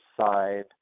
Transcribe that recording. side